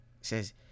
says